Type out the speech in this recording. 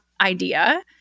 idea